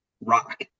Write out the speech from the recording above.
rock